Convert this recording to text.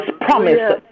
promise